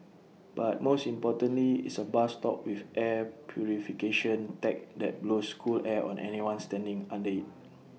but most importantly it's A bus stop with air purification tech that blows cool air on anyone standing under IT